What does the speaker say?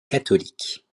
catholique